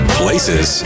places